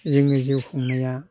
जोंनि जिउ खुंनाया